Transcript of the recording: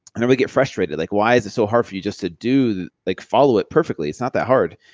and then we get frustrated. like, why is it so hard for you just to do, like follow it perfectly. it's not that hard.